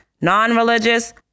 non-religious